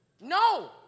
No